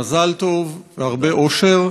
מזל טוב והרבה אושר.